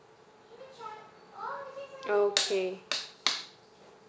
okay